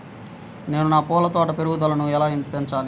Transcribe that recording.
నేను నా పూల తోట పెరుగుదలను ఎలా పెంచాలి?